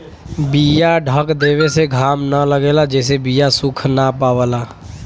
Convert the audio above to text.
बीया ढक देवे से घाम न लगेला जेसे बीया सुख ना पावला